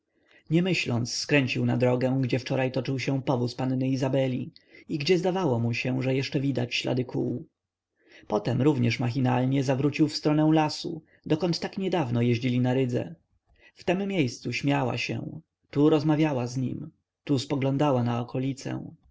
nie myśląc skręcił na drogę gdzie wczoraj toczył się powóz panny izabeli i gdzie zdawało mu się że jeszcze widać ślady kół potem również machinalnie zawrócił w stronę lasu dokąd tak niedawno jeździli na rydze w tem miejscu śmiała się tu rozmawiała z nim tu spoglądała na okolicę